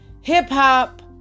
Hip-hop